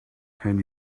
can